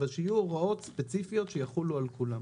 אבל שיהיו הוראות ספציפיות שיחולו על כולם.